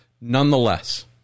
Nonetheless